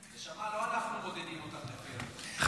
נשמה, לא אנחנו מודדים אותך לפי הלבוש.